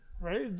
Right